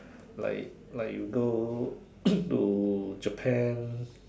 like like you go to Japan